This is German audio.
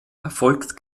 erfolgt